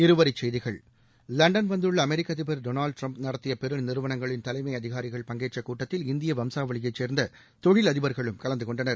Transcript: இருவரி செய்திகள் லண்டன் வந்துள்ள அமெரிக்க அதிபர் டொனால்ட் ட்ரம்ப் நடத்திய பெரு நிறுவனங்களின் தலைமை அதிகாரிகள் பங்கேற்ற கூட்டத்தில் இந்திய வம்சாவளியைச் சேர்ந்த தொழிலதிபர்களும் கலந்தகொண்டனர்